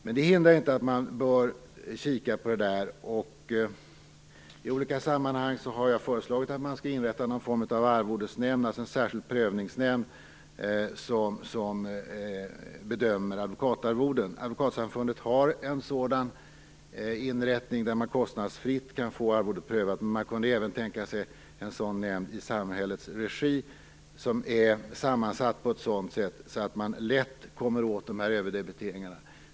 Men det hindrar ju inte att man bör kika på det där. I olika sammanhang har jag föreslagit att man skall inrätta en form av arvodesnämnd, alltså en särskild prövningsnämnd, som bedömer advokatarvoden. Advokatsamfundet har en sådan inrättning där man kostnadsfritt kan få arvodet prövat, men man skulle även kunna tänka sig en sådan nämnd i samhällets regi. Den skulle vara sammansatt på ett sådant sätt att man lätt kommer åt överdebiteringarna.